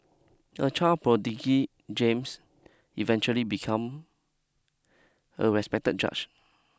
a child prodigy James eventually become a respected judge